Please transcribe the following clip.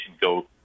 go